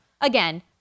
again